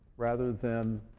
rather than